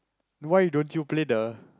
why don't you play the